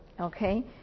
Okay